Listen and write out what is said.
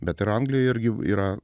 bet ir anglijoj irgi yra